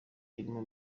irimo